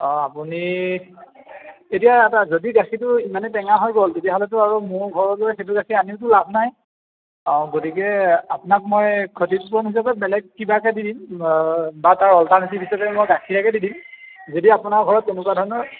অঁ আপুনি এতিয়া এটা যদি গাখীৰটো ইমানেই টেঙা হৈ গ'ল তেতিয়াহ'লেতো আৰু মোৰ ঘৰলৈ সেইটো গাখীৰ আনিওতো লাভ নাই অঁ গতিকে আপোনাক মই ক্ষতিপূৰণ হিচাপে বেলেগ কিবাকে দি দিম বা তাৰ অল্টাৰনেটিভ হিচাপে মই গাখীৰকে দি দিম যদি আপোনাৰ ঘৰত তেনেকুৱা ধৰণৰ